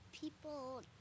people